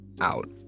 out